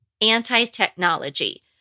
anti-technology